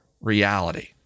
reality